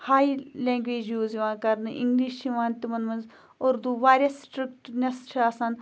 ہَے language use یِوان کَرنہٕ English چھِ یِوان تِمَن منٛز اُردو واریاہ سٕٹرٛکٹٕنٮ۪س چھِ آسان